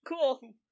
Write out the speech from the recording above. cool